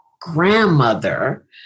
grandmother